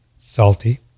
Salty